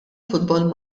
futbol